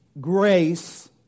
grace